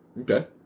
Okay